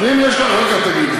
אז אם יש לך, אחר כך תגידי.